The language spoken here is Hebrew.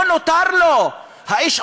לא נותר לו; האיש,